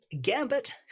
Gambit